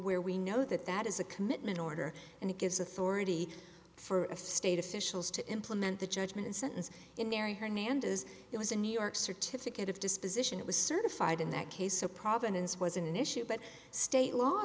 where we know that that is a commitment order and it gives authority for a state officials to implement the judgment and sentence in marry her name and as it was in new york certificate of disposition it was certified in that case so provenance was an issue but state law